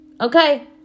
Okay